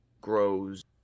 grows